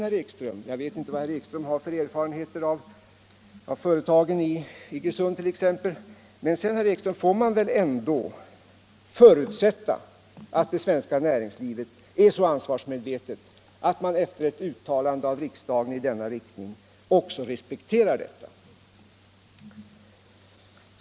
3 Jag vet inte vad herr Ekström har för erfarenheter av företagarna i t.ex. Iggesund, men man får väl ändå förutsätta att det svenska näringslivet är så ansvarsmedvetet, att man efter ett uttalande i riksdagen i denna riktning också respekterar det.